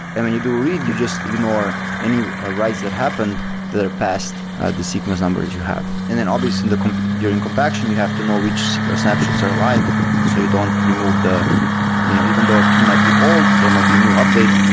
and when you do read, you just ignore any writes that happened that are past the sequence numbers you have. and obviously, during compaction, you have to know which ah snapshots are live so you don't remove the you know even though a key might be old, there might be new update.